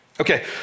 Okay